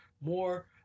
more